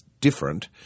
different